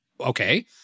Okay